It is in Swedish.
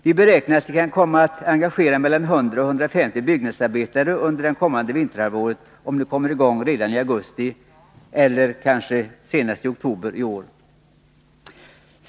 Vi beräknar att det kan komma att engagera mellan 100 och 150 byggnadsarbetare under det kommande vinterhalvåret, om projektet kommer i gång redan i augusti eller senast i oktober i år.